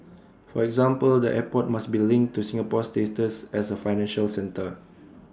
for example the airport must be linked to Singapore's status as A financial centre